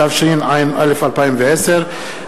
התשע"א 2010,